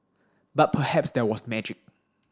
but perhaps there was magic